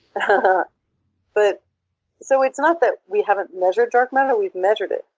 but but so it's not that we haven't measured dark matter. we've measured it.